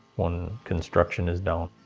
when construction is down,